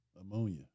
ammonia